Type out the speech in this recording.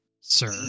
sir